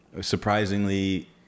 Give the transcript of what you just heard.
surprisingly